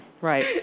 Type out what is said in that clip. Right